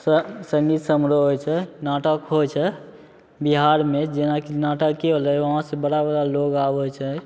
स सङ्गीत समारोह होइ छै नाटक होइ छै बिहारमे जेनाकि नाटके होलै वहाँसे बड़ा बड़ा लोक आबै छै